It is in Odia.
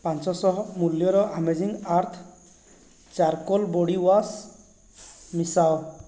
ପାଞ୍ଚଶହ ମୂଲ୍ୟର amazing earth charcoal body wash ମିଶାଅ